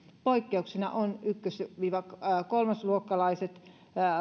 poikkeuksena ovat ykkös viiva kolmas luokkalaiset